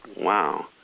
Wow